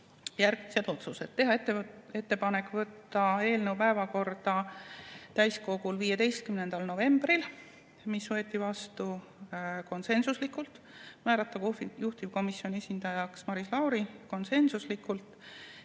järgmised otsused: teha ettepanek võtta eelnõu täiskogu päevakorda 15. novembril, see otsus võeti vastu konsensuslikult, määrata juhtivkomisjoni esindajaks Maris Lauri, konsensuslikult,